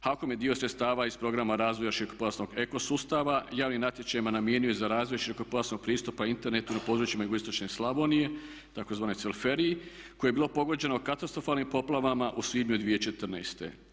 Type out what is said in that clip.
HAKOM je dio sredstava iz programa razvoja širokopojasnog eko sustava, javni natječajima namijenio za razvoj širokopojasnog pristupa internetu na područjima jugoistočne Slavonije, tzv. periferiji koje je bilo pogođeno katastrofalnim poplavama u svibnju 2014.